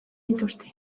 dituzte